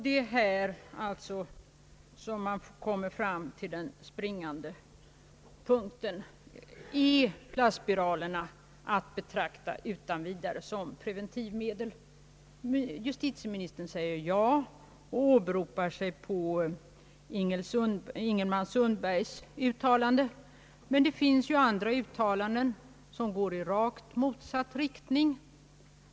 Det är alltså här man kommer fram till den springande punkten: Är plastspiralerna att utan vidare betrakta såsom preventivmedel? Justitieministern säger ja och åberopar Ingelman-Sundbergs uttalande. Det finns andra uttalanden som går i rakt motsatt riktning.